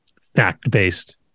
fact-based